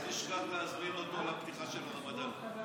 אל תשכח להזמין אותו לפתיחה של הרמדאן.